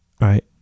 right